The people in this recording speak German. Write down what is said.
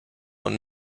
und